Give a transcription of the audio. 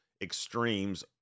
extremes